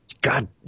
God